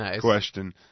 question